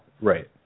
Right